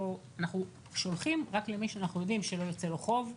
ואנחנו שולחים רק למי שאנחנו יודעים שלא יוצא לו חוב,